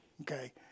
okay